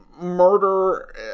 murder